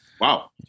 Wow